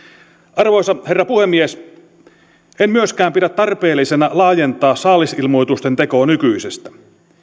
arvoisa herra puhemies en myöskään pidä tarpeellisena laajentaa saalisilmoitusten tekoa nykyisestä